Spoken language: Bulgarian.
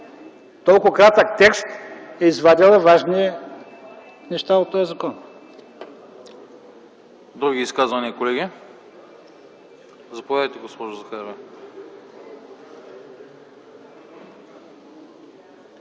толкова кратък срок е извадила важни неща от този закон.